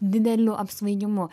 dideliu apsvaigimu